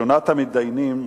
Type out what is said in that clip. ראשונת המתדיינים,